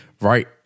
right